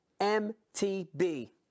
MTB